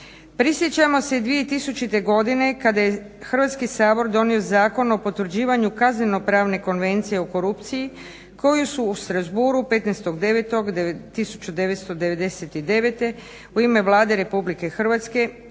Prisjećamo se 2000. godine kada je Hrvatski sabor donio Zakon o potvrđivanju Kaznenopravne konvencije o korupciji koju su u Strassbourgu 15.9.1999. u ime Vlade Republike Hrvatske potpisali